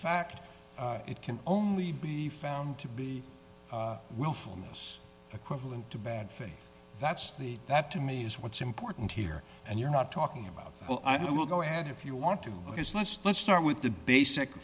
fact it can only be found to be willfulness equivalent to bad faith that's the that to me is what's important here and you're not talking about well i will go ahead if you want to because let's let's start with the basic